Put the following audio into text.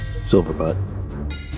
Silverbutt